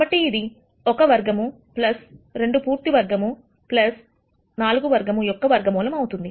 కాబట్టి ఇది 1 వర్గము 2 పూర్తి వర్గము 4 వర్గము యొక్క వర్గమూలం అవుతుంది